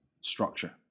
structure